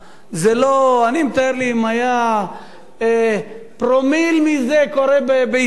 אני מתאר לעצמי שאם פרומיל מזה היה קורה בישראל,